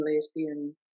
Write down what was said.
lesbian